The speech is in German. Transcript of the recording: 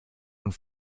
und